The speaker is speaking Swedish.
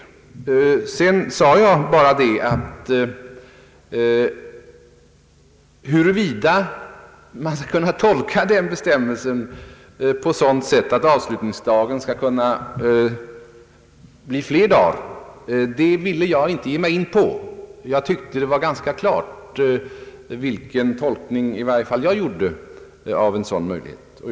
Vidare sade jag bara att jag inte ville gå in på frågan huruvida man skall kunna tolka den bestämmelsen på sådant sätt att avslutningsdag skall kunna bli fler dagar. Jag tyckte att det var ganska klart vilken tolkning i varje fall jag gjorde beträffande en sådan möjlighet.